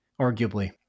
arguably